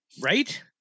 Right